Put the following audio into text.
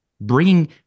bringing